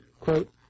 Quote